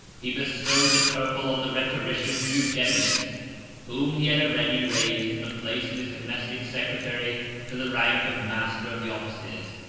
he bestowed the purple on the rhetorician eugenius whom he had already raised from the place of his domestic secretary to the rank of master of the offices.